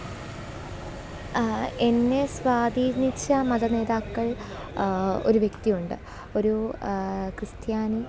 എന്നെ സ്വാധീനിച്ച മത നേതാക്കൾ ഒരു വ്യക്തിയുണ്ട് ഒരു ക്രിസ്ത്യാനി